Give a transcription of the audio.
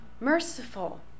merciful